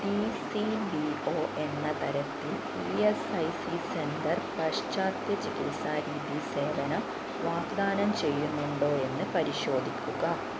D C B O എന്ന തരത്തിൽ E S I C centre പാശ്ചാത്യ ചികിത്സാരീതി സേവന വാഗ്ദാനം ചെയ്യുന്നുണ്ടോയെന്ന് പരിശോധിക്കുക